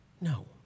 No